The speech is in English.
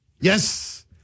Yes